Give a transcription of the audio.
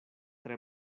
tre